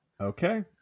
Okay